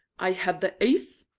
i had the ace,